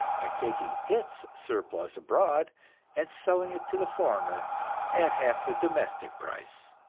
and taking its surplus abroad and selling it to the foreigner at half the domestic price.